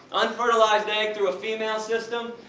unfertilized egg through a female system?